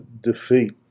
defeat